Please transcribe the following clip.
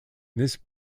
this